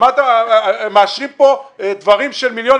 אשרים כאן מיליונים.